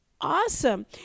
awesome